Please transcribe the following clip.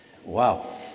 Wow